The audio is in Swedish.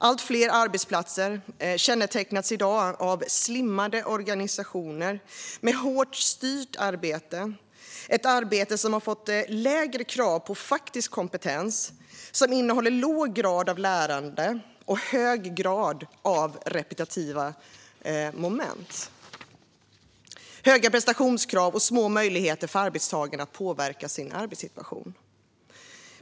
Allt fler arbetsplatser kännetecknas i dag av slimmade organisationer med hårt styrt arbete, lägre krav på faktisk kompetens, låg grad av lärande och hög grad av repetitiva moment, höga prestationskrav och små möjligheter för arbetstagarna att påverka sin arbetssituation.